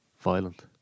violent